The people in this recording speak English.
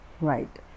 Right